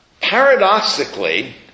paradoxically